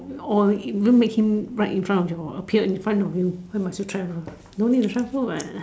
or even make him right in front of your appear in front of you why must you travel no need to travel what